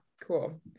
Cool